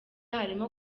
harimo